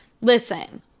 Listen